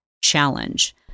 challenge